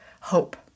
hope